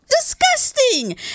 Disgusting